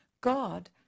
God